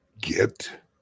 get